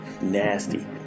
Nasty